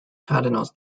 cardinals